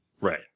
Right